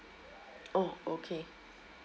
oh okay